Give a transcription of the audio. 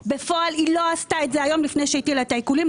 בפועל היא לא עשתה את זה היום לפני שהיא הטילה את העיקולים,